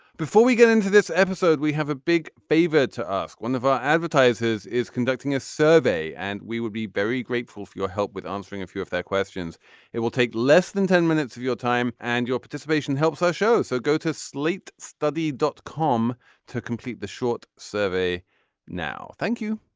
before we get into this episode we have a big favor to ask. one of our advertisers is conducting a survey and we would be very grateful for your help with answering a few of their questions it will take less than ten minutes of your time and your participation helps our show so go to sleep study dot com to complete the short survey now. thank you